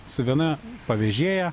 su viena pavėžėja